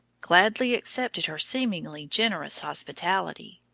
gladly accepted her seemingly generous hospitality.